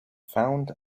found